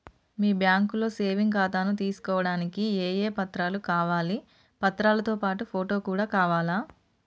మీ బ్యాంకులో సేవింగ్ ఖాతాను తీసుకోవడానికి ఏ ఏ పత్రాలు కావాలి పత్రాలతో పాటు ఫోటో కూడా కావాలా?